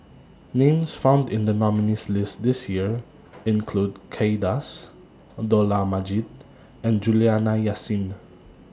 Names found in The nominees' list This Year include Kay Das Dollah Majid and Juliana Yasin